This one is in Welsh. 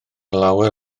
lawer